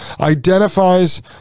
identifies